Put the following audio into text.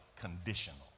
Conditional